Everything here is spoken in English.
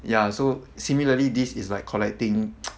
ya so similarly this is like collecting